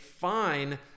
fine